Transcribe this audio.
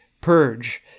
Purge